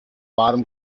bottom